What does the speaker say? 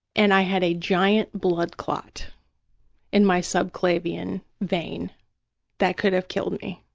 and i had a giant blood clot in my subclavian vein that could have killed me.